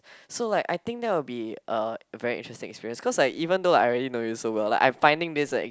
so like I think that would be a very interesting experience cause like even though like I already know you so well like I finding this